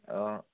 अ